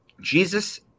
Jesus